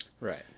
Right